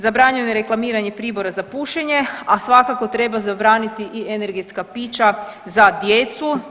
Zabranjeno je reklamiranje pribora za pušenje, a svakako treba zabraniti i energetska pića za djecu.